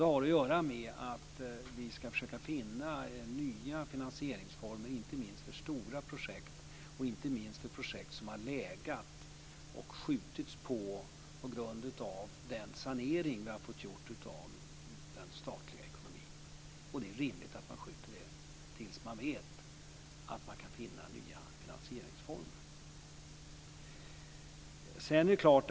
Det har att göra med att vi ska försöka finna nya finansieringsformer inte minst för stora projekt och projekt som har legat och som man har skjutit framåt i tiden på grund av den sanering vi har fått göra av den statliga ekonomin. Det är rimligt att man skjuter på det tills man vet att man kan finna nya finansieringsformer.